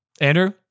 Andrew